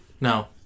No